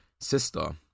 Sister